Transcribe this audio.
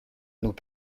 nous